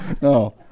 no